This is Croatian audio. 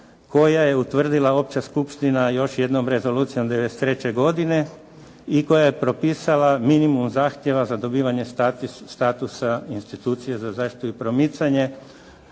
koja je utvrdila Opća skupština još jednom Rezolucijom '93. godine i koja je propisala minimum zahtjeva za dobivanje statusa institucije za zaštitu i promicanje